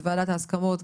בוועדת ההסכמות,